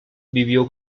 vivió